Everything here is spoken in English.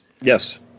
Yes